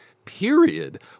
Period